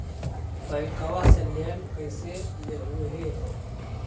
बैंकवा से लेन कैसे लेलहू हे?